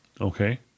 Okay